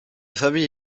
famille